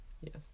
Yes